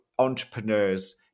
entrepreneurs